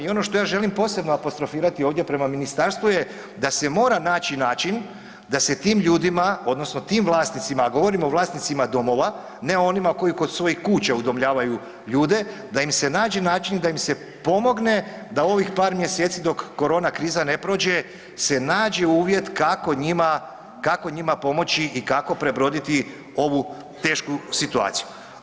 I ono što ja želim posebno apostrofirati prema ministarstvu je da se mora naći način da se tim ljudima odnosno tim vlasnicima, govorim o vlasnicima domova, ne onima koji kod svojih kuća udomljavaju ljude, da im se nađe način da im se pomogne da ovih par mjeseci dok korona kriza ne prođe se nađe uvjet kako njima, kako njima pomoći i kako prebroditi ovu tešku situaciju.